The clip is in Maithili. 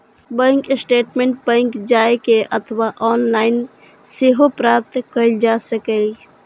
बैंक स्टेटमैंट बैंक जाए के अथवा ऑनलाइन सेहो प्राप्त कैल जा सकैए